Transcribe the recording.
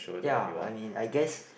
ya I mean I guess